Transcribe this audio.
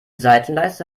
seitenleiste